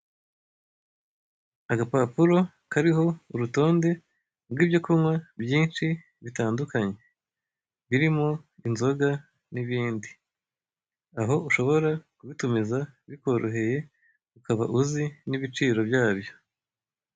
Agapapuro kariho urutonde rw'ibyo kunywa byinshi bitandukanye birimo inzoga n'ibindi, aho ushobora kubitumiza bikoroheye ukaba uzi n'ibiciro byabyo.